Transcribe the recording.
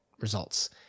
results